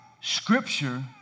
scripture